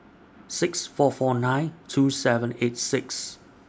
six four four nine two seven eight six